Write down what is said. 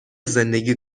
زندگی